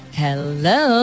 hello